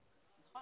ההשלמה